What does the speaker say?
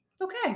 Okay